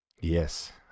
Yes